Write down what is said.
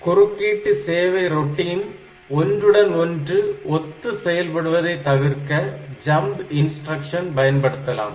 குறுக்கீட்டு சேவை ரொட்டீன் ஒன்றுடன் ஒன்று ஒத்து செயல்படுவதைத் தவிர்க்க ஜம்ப் இன்ஸ்டிரக்ஷன் பயன்படுத்தலாம்